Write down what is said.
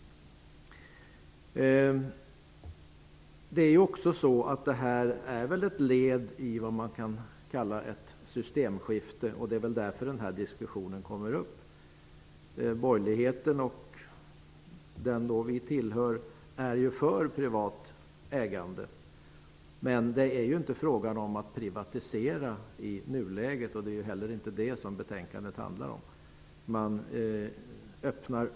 Detta är ett led i vad man kan kalla ett systemskifte. Därför uppkommer den här diskussionen. Borgerligheten och Ny demokrati är för ett privat ägande, men i nuläget är det inte fråga om någon privatisering. Betänkandet handlar inte heller om det. Man öppnar för möjligheten.